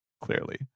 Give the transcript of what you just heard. clearly